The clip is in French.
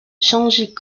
change